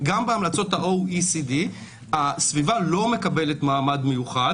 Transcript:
בהמלצות ה-OECD הסביבה לא מקבלת מעמד מיוחד.